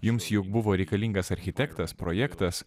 jums juk buvo reikalingas architektas projektas